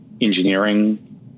engineering